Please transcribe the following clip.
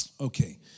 Okay